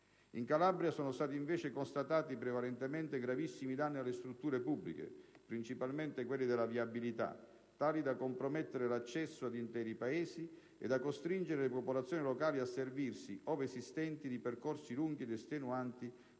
In Calabria, sono stati invece constatati, prevalentemente, gravissimi danni alle strutture pubbliche, principalmente quelle della viabilità, tali da compromettere l'accesso ad interi paesi e da costringere le popolazioni locali a servirsi, ove esistenti, di percorsi lunghi ed estenuanti